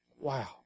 Wow